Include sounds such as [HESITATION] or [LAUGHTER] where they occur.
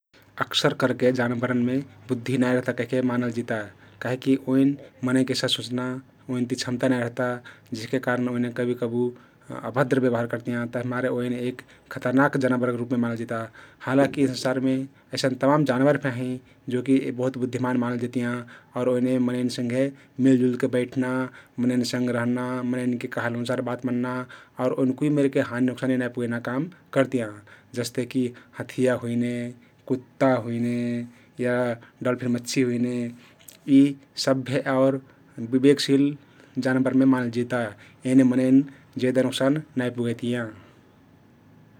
अक्सर करके जानबरनमे बुद्धी नाई रहता कहिके मानलजिता । काहिकी ओइन मनै कैसा सुच्ना ओइनति क्षमता नाई रहता जेहका कारन ओइने कबि कबु [HESITATION] अभद्र व्यवहार करतियाँ । तभिमारे ओइन एक खतरनाख जनाबरके रुपमे मानलजिता हालाकी संसारमे अइसन तमान जानबर फेक हँइ जो की बहुत बुद्धीमान मानल जितियाँ आउर ओइने मनैन सँघे मिलजुलके बैठना, मनैन सँघ रहना, मनैनके कहल अनुसार बात मन्ना आउर ओइन कुइ मेरके हानिनोक्सानि नाई पुगैना काम करतियाँ । जस्तेकी हाँथिया हुइने, कुत्ता हुइने या डल्फिन मछ्छी हुइने यी सभ्य आउ विवेकशिल जानबरमे मानलजिता । एने मनैन जेदा नोक्सान नाई पुगैतियाँ ।